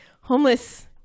Homeless